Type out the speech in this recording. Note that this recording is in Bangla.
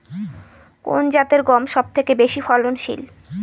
কোন জাতের গম সবথেকে বেশি ফলনশীল?